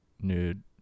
Nude